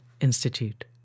Institute